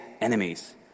enemies